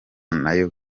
n’ayo